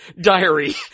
diary